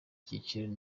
cyiciro